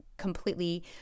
completely